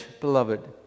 beloved